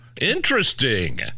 interesting